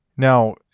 Now